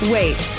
Wait